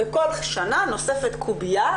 בכל שנה נוספת קובייה,